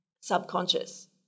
subconscious